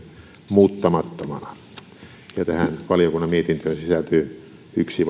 muuttamattomana tähän valiokunnan mietintöön sisältyy yksi